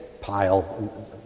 pile